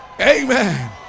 Amen